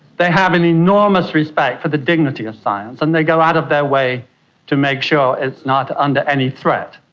they have an enormous respect for the dignity of science and they go out of their way to make sure it's not under any threat.